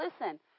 Listen